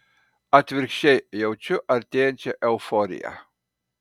atvirkščiai jaučiu artėjančią euforiją